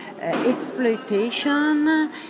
exploitation